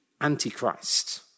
Antichrist